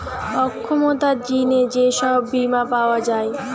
অক্ষমতার জিনে যে সব বীমা পাওয়া যায়